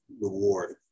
reward